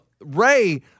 Ray